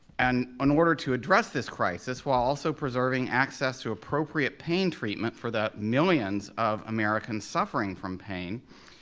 and in order to address this crisis while also preserving access to appropriate pain treatment for the millions of americans suffering from pain,